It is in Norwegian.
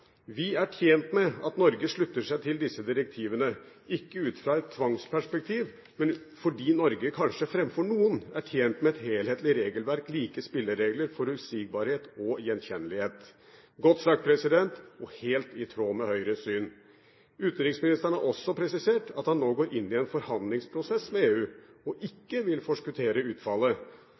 er tjent med at Norge slutter seg til disse direktivene, ikke ut fra et tvangsperspektiv, men fordi Norge, kanskje fremfor noen, er tjent med enhetlig regelverk, like spilleregler, forutsigbarhet og gjenkjennelighet.» Det er godt sagt, og helt i tråd med Høyres syn. Utenriksministeren har også presisert at han nå går inn i en forhandlingsprosess med EU og ikke vil forskuttere utfallet.